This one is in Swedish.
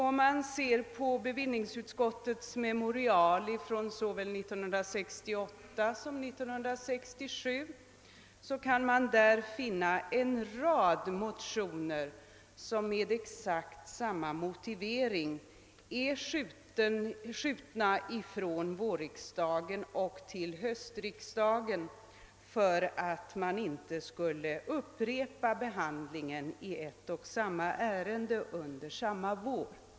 Om man ser på bevillningsutskottets memorial från såväl 1968 som 1967, kan man där finna en rad motioner som med exakt samma motivering hänskjutits från vårriksdagen till höstriksdagen för att man inte skulle behöva upprepa behandlingen av ett och samma ärende under samma session.